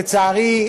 לצערי,